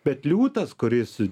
bet liūtas kuris